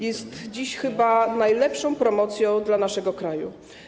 Jest dziś chyba najlepszą promocją naszego kraju.